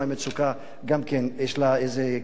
המצוקה גם כן יש לה איזה,